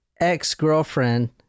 ex-girlfriend